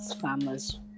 farmers